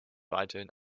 weiterhin